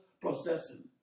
processing